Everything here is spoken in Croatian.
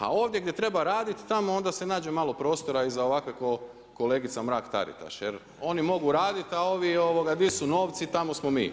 A ovdje gdje treba raditi, tamo, onda se nađe malo prostora za ovakve ko kolegica Mrak Taritaš, oni mogu raditi, a oni di su novci tamo smo mi.